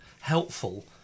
helpful